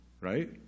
right